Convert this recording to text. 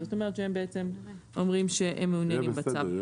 זאת אומרת כאילו בעצם הם אומרים שהם מעוניינים בצו.